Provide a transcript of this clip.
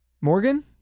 Morgan